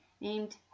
named